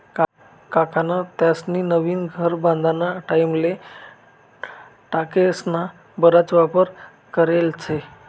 काकान त्यास्नी नवीन घर बांधाना टाईमले टोकरेस्ना बराच वापर करेल शे